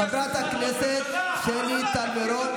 חברת הכנסת שלי טל מירון,